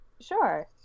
Sure